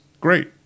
great